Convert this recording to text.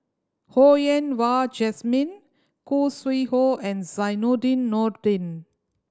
Ho Yen Wah Jesmine Khoo Sui Hoe and Zainudin Nordin